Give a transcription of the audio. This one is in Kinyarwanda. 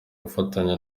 gufatanya